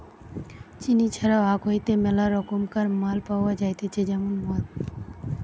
চিনি ছাড়াও আখ হইতে মেলা রকমকার মাল পাওয়া যাইতেছে যেমন মদ